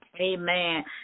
Amen